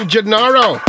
Gennaro